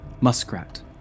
Muskrat